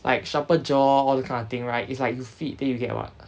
like sharper jaw all that kind of thing right is like you fit then you get [what]